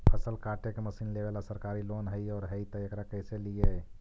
फसल काटे के मशीन लेबेला सरकारी लोन हई और हई त एकरा कैसे लियै?